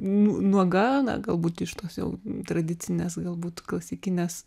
nuo nuoga na galbūt iš tos jau tradicinės galbūt klasikinės